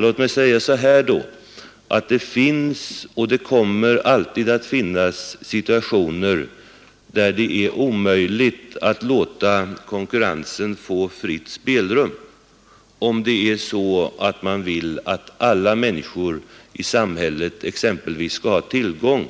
Låt mig då påpeka, att det finns och alltid kommer att finnas situationer där det är omöjligt att låta konkurrensen få fritt spelrum om man vill att alla människor i samhället skall ha tillgång